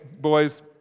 boys